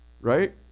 right